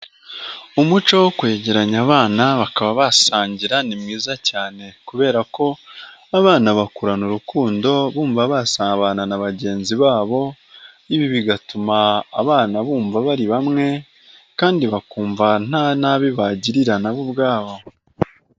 Umuco wo kwegeranya abana bakaba basangira ni mwiza cyane, kuberako abana bakurana urukundo bumva basabana na bagenzi babo, ibi bigatuma abana bumva bari bamwe kandi bakumva nta nabi bagirira na bo ubwabo.